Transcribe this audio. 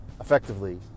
effectively